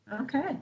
okay